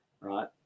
right